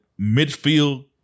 midfield